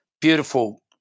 beautiful